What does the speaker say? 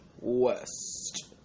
West